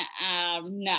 No